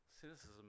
cynicism